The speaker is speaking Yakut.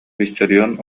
виссарион